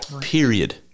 Period